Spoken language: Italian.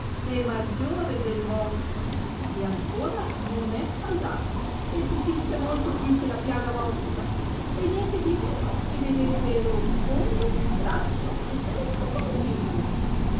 é maggiore del vostro e ancora non é saldato e putisse molto più che la piaga vostra e nientedimeno mi vedete robicondo grasso e fresco come giglio